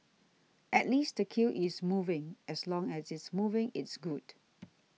at least the queue is moving as long as it's moving it's good